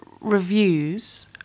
reviews